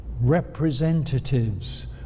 representatives